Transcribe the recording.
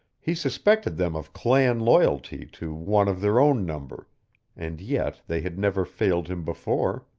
he suspected them of clan loyalty to one of their own number and yet they had never failed him before.